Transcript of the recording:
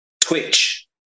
twitch